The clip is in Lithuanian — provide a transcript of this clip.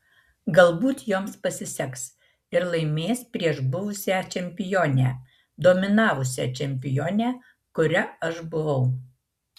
galbūt joms pasiseks ir laimės prieš buvusią čempionę dominavusią čempionę kuria aš buvau